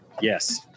Yes